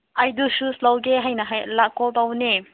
ꯑꯩꯗꯣ ꯁꯨꯁ ꯂꯧꯒꯦ ꯍꯥꯏꯅ ꯀꯣꯜ ꯇꯧꯕꯅꯦ